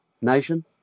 nation